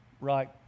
right